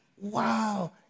wow